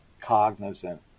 cognizant